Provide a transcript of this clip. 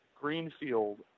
Greenfield